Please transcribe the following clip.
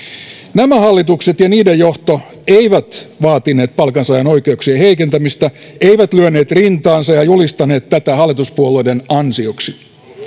nämä hallitukset ja niiden johto eivät vaatineet palkansaajien oikeuksien heikentämistä eivät lyöneet rintaansa ja ja julistaneet tätä hallituspuolueiden ansioksi